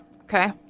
Okay